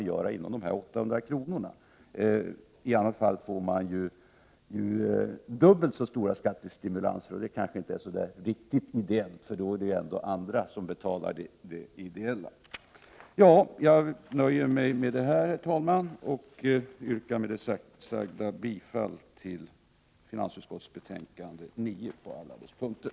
Skulle beloppet vara högre, skulle man ju få mer än dubbelt så stora skattestimulanser. Och det kanske inte skulle vara riktigt ideellt, för då är det ju andra som får stå för det ideella. Herr talman! Med det sagda vill jag yrka bifall till hemställan i finansutskottets betänkande 9 på alla dess punkter.